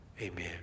Amen